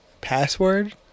Password